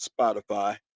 Spotify